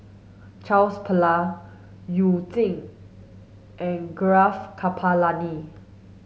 Charles Paglar You Jin and Gaurav Kripalani